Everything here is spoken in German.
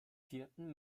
vierten